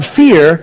fear